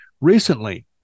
recently